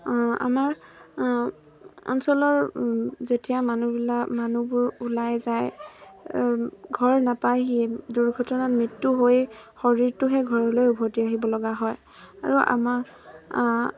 আমাৰ অঞ্চলৰ যেতিয়া মানুহবিলাক মানুহবোৰ ওলাই যায় ঘৰ নাপায়হিয়ে দুৰ্ঘটনাত মৃত্যু হৈ শৰীৰটোহে ঘৰলৈ উভতি আহিব লগা হয় আৰু আমাৰ